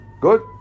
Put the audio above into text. Good